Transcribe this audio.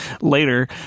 later